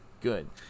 good